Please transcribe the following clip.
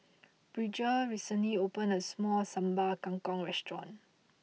Bridger recently opened a new Sambal Kangkong restaurant